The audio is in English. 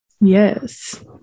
Yes